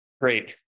Great